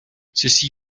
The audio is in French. ceci